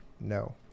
No